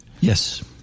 Yes